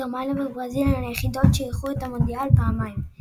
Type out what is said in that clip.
גרמניה וברזיל הן היחידות שאירחו את המונדיאל פעמיים.